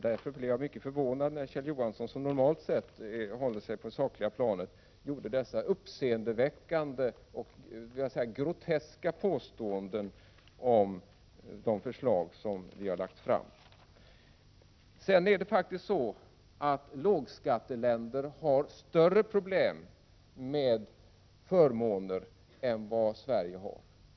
Jag blir mycket förvånad när Kjell Johansson, som normalt sett håller sig på det sakliga planet, gör dessa uppseendeväckande och groteska påståenden om de förslag som vi har lagt fram. Lågskatteländer har faktiskt större problem med förmåner än vad Sverige har.